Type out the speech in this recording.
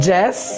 Jess